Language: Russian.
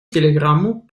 телеграмму